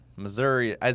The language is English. Missouri